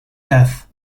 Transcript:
death